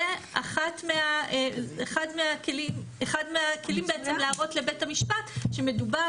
זה אחד מהכלים בעצם להראות לבית המשפט שמדובר